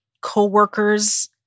coworkers